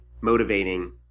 motivating